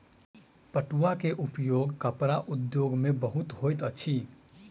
पटुआ के उपयोग कपड़ा उद्योग में बहुत होइत अछि